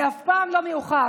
זה אף פעם לא מאוחר,